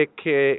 che